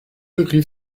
rief